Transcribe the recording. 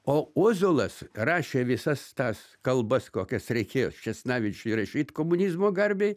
o ozolas rašė visas tas kalbas kokias reikėjo česnavičiui rašyt komunizmo garbei